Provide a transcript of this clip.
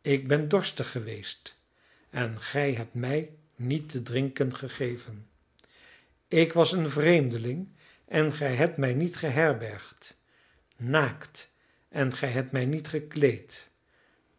ik ben dorstig geweest en gij hebt mij niet te drinken gegeven ik was een vreemdeling en gij hebt mij niet geherbergd naakt en gij hebt mij niet gekleed